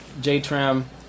J-Tram